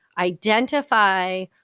identify